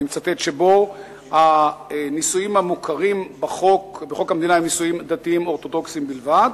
שבו הנישואים המוכרים בחוק המדינה הם נישואים דתיים אורתודוקסיים בלבד,